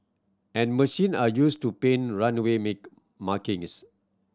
and machine are used to paint runway make markings